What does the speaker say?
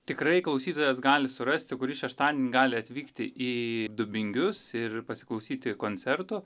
tikrai klausytojas gali surasti kurį šeštadienį gali atvykti į dubingius ir pasiklausyti koncertų